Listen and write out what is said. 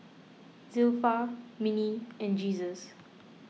Zilpha Minnie and Jesus